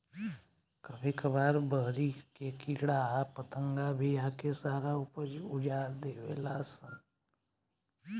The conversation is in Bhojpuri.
कभी कभार बहरी के कीड़ा आ पतंगा भी आके सारा ऊपज उजार देवे लान सन